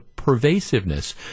pervasiveness